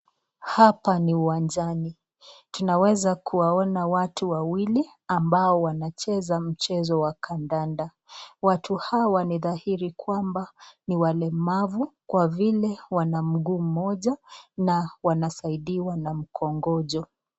Hapa ni uwanjani tunaweza kuona watu wawili ambao wanacheza mchezo wa kandanda, watu hawa nidhari kwamba ni walemavu kwa vile wanamguu moja na vile wanasaidiwa na mkongojo.